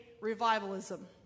revivalism